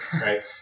right